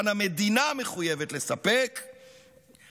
שאותן המדינה מחויבת לספק,